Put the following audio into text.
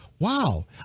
Wow